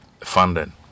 funding